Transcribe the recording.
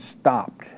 stopped